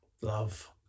love